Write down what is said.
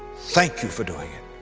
thank you for doing it.